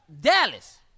Dallas